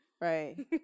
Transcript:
Right